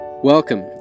Welcome